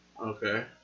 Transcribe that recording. Okay